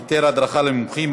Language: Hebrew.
היתר הדרכה למומחים),